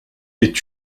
est